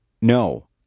no